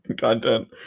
content